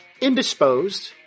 indisposed